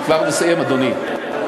אני כבר מסיים, אדוני.